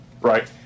right